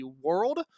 world